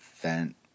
vent